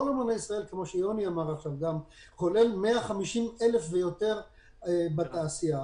כולל 150,000 ויותר בתעשייה,